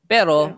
Pero